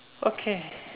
okay